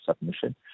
submission